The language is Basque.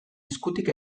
eskutik